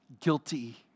guilty